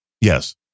Yes